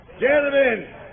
gentlemen